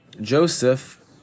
Joseph